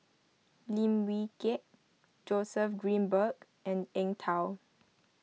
Lim Wee Kiak Joseph Grimberg and Eng Tow